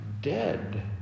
dead